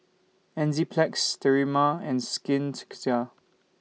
Enzyplex Sterimar and Skin Ceuticals